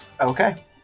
Okay